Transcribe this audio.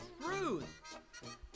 truth